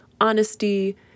honesty